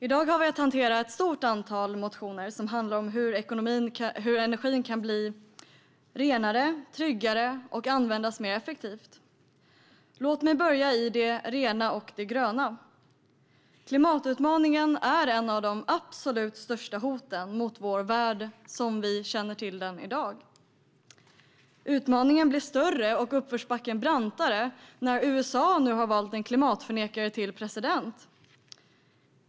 I dag har vi att hantera ett stort antal motioner som handlar om hur energin kan bli renare och tryggare och hur den kan användas mer effektivt. Låt mig börja i det rena och gröna. Klimatutmaningen är ett av de absolut största hoten mot vår värld, så som vi i dag känner den. Utmaningen blir större och uppförsbacken brantare när USA nu har valt en klimatförnekare till president.